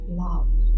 love